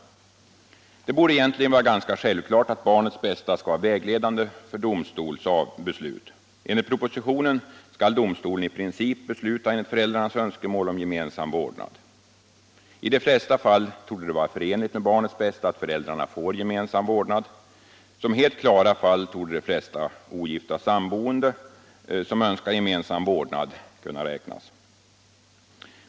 Det borde egentligen vara ganska självklart att barnets bästa skall vara vägledande för domstolsbeslut. Enligt propositionen skall domstol i princip besluta enligt föräldrarnas önskemål om gemensam vårdnad. I de flesta fall torde det vara förenligt med barnets bästa att föräldrarna får gemensam vårdnad. Som helt klara fall torde de flesta ogifta sammanboende som önskar gemensam vårdnad kunna räknas.